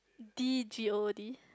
D_G_O_D